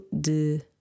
de